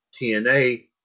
TNA